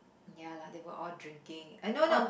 ya lah they were all drinking uh no no